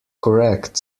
correct